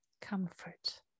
comfort